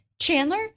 Chandler